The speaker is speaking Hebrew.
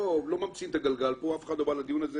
לא ממציאים כאן את הגלגל ואף אחד לא בא לדיון הזה